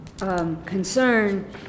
Concern